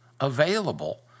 available